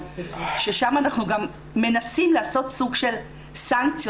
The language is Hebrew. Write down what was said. ששם אנחנו גם מנסים לעשות סוג של סנקציות